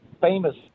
famous